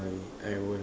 uh I will